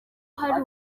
hari